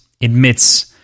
admits